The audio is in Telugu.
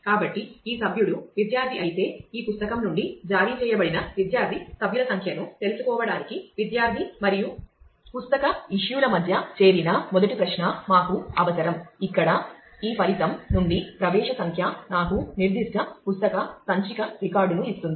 కాబట్టి ఈ సభ్యుడు విద్యార్ధి అయితే ఈ పుస్తకం నుండి జారీ చేయబడిన విద్యార్థి సభ్యుల సంఖ్యను తెలుసుకోవడానికి విద్యార్థి మరియు పుస్తక ఇష్యూల మధ్య చేరిన మొదటి ప్రశ్న మాకు అవసరం ఇక్కడ ఈ ఫలితం నుండి ప్రవేశ సంఖ్య నాకు నిర్దిష్ట పుస్తక సంచిక రికార్డును ఇస్తుంది